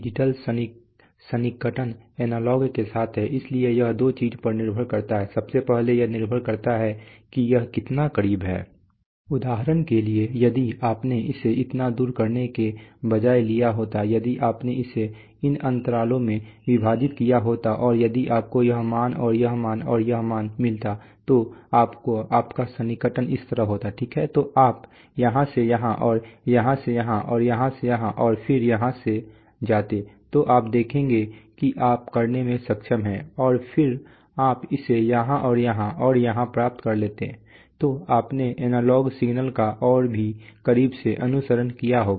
digital सन्निकटन analogue के साथ है इसलिए यह दो चीजों पर निर्भर करता है सबसे पहले यह निर्भर करता है कि यह कितना करीब है उदाहरण के लिए यदि आपने इसे इतना दूर करने के बजाय लिया होता यदि आपने इसे इन अंतरालों में विभाजित किया होता और यदि आपको यह मान और यह मान और यह मान मिलता तो आपका सन्निकटन इस तरह होता ठीक है तो आप यहाँ से यहाँ और यहाँ से यहाँ और यहाँ से यहाँ और फिर यहाँ से जाते तो आप देखेंगे कि आप करने में सक्षम हैं और फिर आप इसे यहाँ और यहाँ और यहाँ प्राप्त कर लेते तो आपने एनालॉग सिग्नल का और भी करीब से अनुसरण किया होगा